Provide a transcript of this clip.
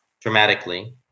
dramatically